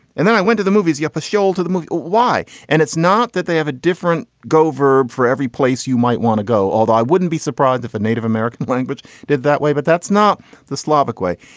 and then i went to the movies yapa showed to the movie why. and it's not that they have a different go verb for every place you might want to go. although i wouldn't be surprised if a native american language did that way. but that's not the slavic way.